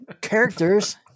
characters